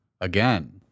again